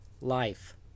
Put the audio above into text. life